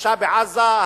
האשה בעזה,